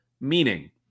Meaning